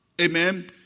amen